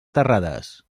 terrades